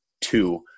two